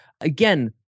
again